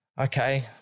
Okay